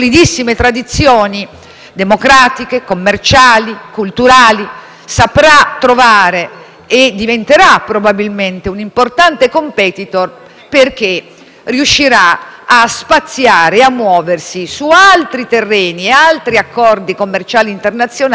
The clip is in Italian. diventare un importante *competitor*, perché riuscirà a muoversi su altri terreni e accordi commerciali e internazionali che non vorrei rendessero vane tutte le nostre preoccupazioni in ordine alla Brexit.